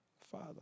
Father